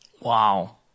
Wow